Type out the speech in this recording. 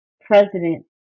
president